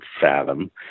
fathom